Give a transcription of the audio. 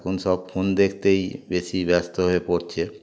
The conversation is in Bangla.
এখন সব ফোন দেখতেই বেশি ব্যস্ত হয়ে পড়ছে